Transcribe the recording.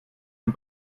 dem